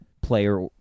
Player